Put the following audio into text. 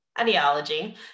ideology